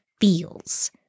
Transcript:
feels